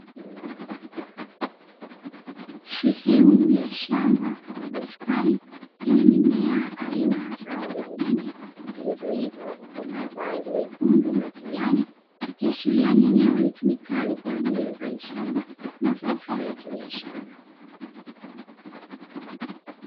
Sehemu ya shamba ama bustani yenye mimea aina ya nyanya, zilizo komaa kwa rangi nyekundu na kijani, ikiashiria ni eneo litumikalo kwa uzalishaji wa mazao hayo ya kibiashara.